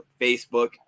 Facebook